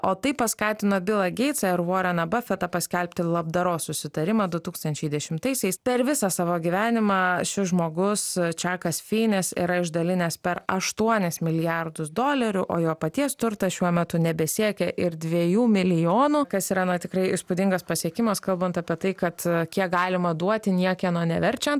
o tai paskatino bilą geitsą ir voreną bafetą paskelbti labdaros susitarimą du tūkstančiai dešimtaisiais per visą savo gyvenimą šis žmogus čekas finis yra išdalinęs per aštuonis milijardus dolerių o jo paties turtas šiuo metu nebesiekia ir dviejų milijonų kas yra na tikrai įspūdingas pasiekimas kalbant apie tai kad kiek galima duoti niekieno neverčiant